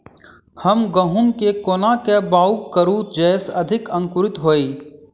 हम गहूम केँ कोना कऽ बाउग करू जयस अधिक अंकुरित होइ?